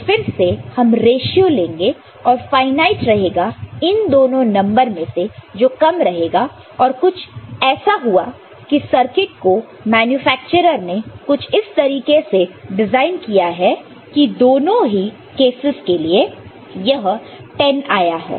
तो फिर से हम रेश्यो लेंगे और फाइनाइट रहेगा इन दोनों नंबर में से जो कम रहेगा और कुछ ऐसा हुआ कि सर्किट को मैन्युफैक्चरर ने कुछ इस तरीके से डिजाइन किया है कि दोनों ही केसस के लिए यह 10 आया है